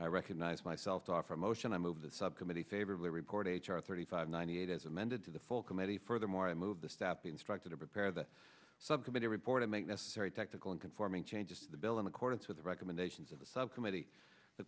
i recognize myself to offer motion i move the subcommittee favorably report h r thirty five ninety eight as amended to the full committee furthermore i moved the step instructed to prepare the subcommittee report to make necessary technical and conforming changes to the bill in accordance with the recommendations of the subcommittee the